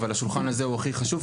אבל השולחן הזה הוא הכי חשוב,